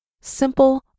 simple